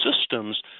systems